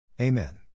Amen